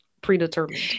predetermined